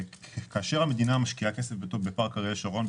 כאשר המדינה משקיעה כסף בפארק אריאל שרון,